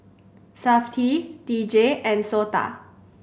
Safti D J and SOTA